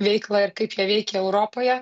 veiklą ir kaip jie veikia europoje